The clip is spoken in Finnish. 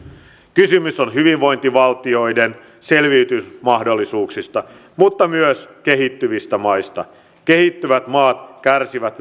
kysymys on hyvinvointivaltioiden selviytymismahdollisuuksista mutta myös kehittyvistä maista kehittyvät maat kärsivät